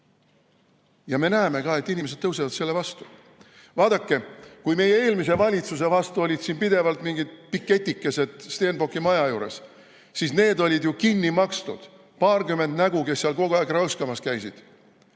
Ja me näeme ka, et inimesed tõusevad selle vastu. Vaadake, kui meie eelmise valitsuse vastu olid siin pidevalt mingi piketikesed Stenbocki maja juures, siis need olid ju kinni makstud. Paarkümmend nägu, kes seal kogu aeg räuskamas käisid.